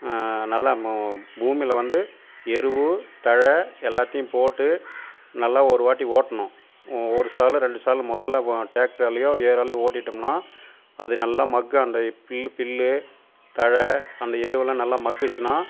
நல்லா மு பூமியில வந்து எருவு தழை எல்லாத்தையும் போட்டு நல்லா ஒருவாட்டி ஓட்டணும் ஒரு சாலு ரெண்டு சாலு முதல்ல ட்ராட்டராலையோ ஏராலையோ ஓட்டிவிட்டோம்னா அது நல்ல மக்கு அந்த பில் பில் தழை அந்த எருவெல்லாம் நல்ல மக்கிச்சின்னா